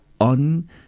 on